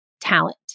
talent